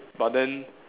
but then